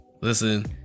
listen